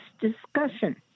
discussion